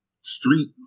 street